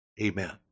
Amen